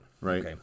Right